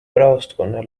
praostkonna